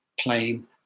claim